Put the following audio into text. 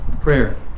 prayer